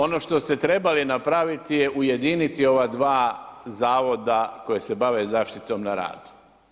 Ono što ste trebali napraviti je ujediniti ova dva zavoda koja se bave zaštitom na radu.